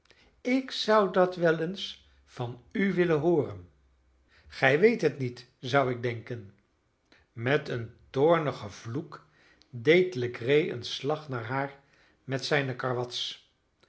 ik zou dat wel eens van u willen hooren gij weet het niet zou ik denken met een toornigen vloek deed legree een slag naar haar met zijne karwats